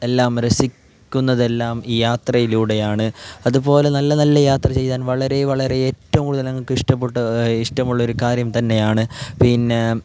എല്ലാം രസിക്കുന്നത് എല്ലാം യാത്രയിലൂടെ ആണ് അതുപോലെ നല്ല നല്ല യാത്ര ചെയ്യാൻ വളരെ വളരെ ഏറ്റവും കൂടുതൽ ഞങ്ങൾക്ക് ഇഷ്ടപെട്ടത് ഇഷ്ടമുള്ളൊരു കാര്യം തന്നെ ആണ് പിന്നെ